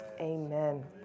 amen